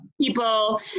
people